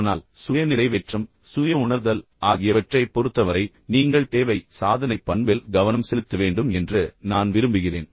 ஆனால் சுய நிறைவேற்றம் சுய உணர்தல் ஆகியவற்றைப் பொறுத்தவரை நீங்கள் தேவை சாதனை பண்பில் கவனம் செலுத்த வேண்டும் என்று நான் விரும்புகிறேன்